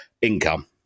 income